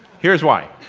here's why